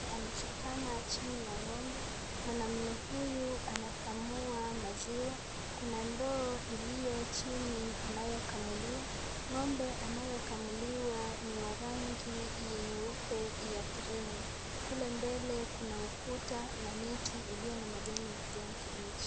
Mwanaume amechutama chini ya ng'ombe. Mwanaume huyu anakamua maziwa, kuna ndoo iliyo chini anayo kamulia. Ngombe anayekamuliwa ni wa rangi nyeupe na krimu. Kule mbele kuna ukuta na miti iliyo na majani ya kijani kimbichi.